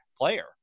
player